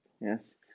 yes